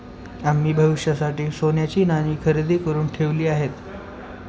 आम्ही भविष्यासाठी सोन्याची नाणी खरेदी करुन ठेवली आहेत